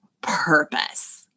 purpose